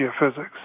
geophysics